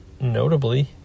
notably